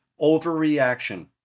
overreaction